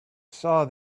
saw